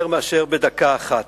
יותר מאשר בדקה אחת.